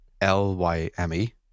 l-y-m-e